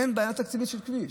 אין בעיה תקציבית של כביש.